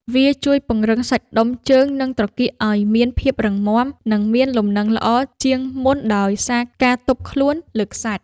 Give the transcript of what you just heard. វាជួយពង្រឹងសាច់ដុំជើង និងត្រគាកឱ្យមានភាពរឹងមាំ និងមានលំនឹងល្អជាងមុនដោយសារការទប់ខ្លួនលើខ្សាច់។